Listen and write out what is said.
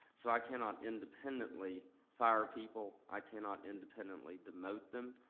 so i cannot independently fire people. i cannot independently demote them.